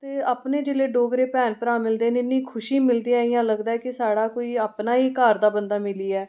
ते अपने जेल्लै डोगरे भैन भ्राऽ मिलदे न ते बड़ी खुशी मिलदी ऐ इयां लगदा ऐ कि साढ़ा कोई अपना गै घर दा बंदा मिली गेआ